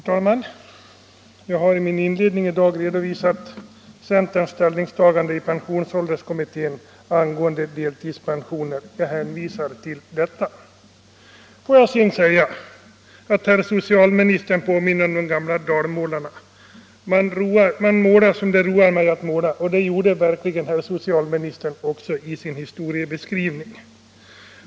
Herr talman! Jag har i min inledning i dag redovisat centerns ställningstagande i pensionsålderskommittén angående deltidspensionen. Jag hänvisar till detta. Herr socialministern påminner om de gamla dalmålarna, som målade som det roade dem att måla. Det gjorde verkligen också herr socialministern i sin historieskrivning.